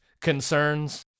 concerns